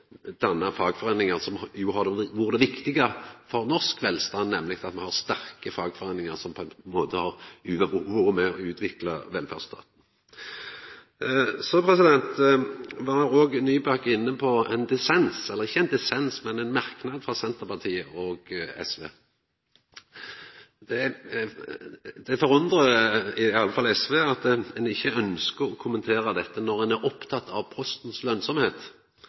som jo har vore det viktige for norsk velstand, nemleg at me har sterke fagforeiningar som på ein måte har vore med og utvikla velferdsstaten. Så var òg Nybakk inne på ein merknad frå Senterpartiet og SV. Det forundrar iallfall SV at ein ikkje ønskjer å kommentera dette når ein er oppteken av Postens